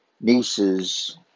nieces